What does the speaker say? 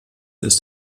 ist